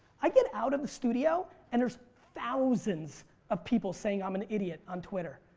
i get out of the studio and there's thousands of people saying i'm an idiot on twitter.